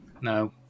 no